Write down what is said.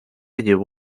llevó